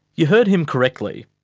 you heard him correctly.